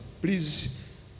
Please